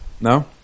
No